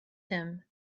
him